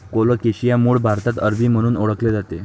colocasia मूळ भारतात अरबी म्हणून ओळखले जाते